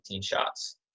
shots